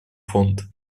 фонд